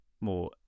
more